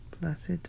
Blessed